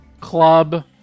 club